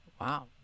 wow